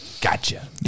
Gotcha